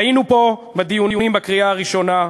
היינו פה בדיונים בקריאה הראשונה,